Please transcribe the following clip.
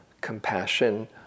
compassion